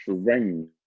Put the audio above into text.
strange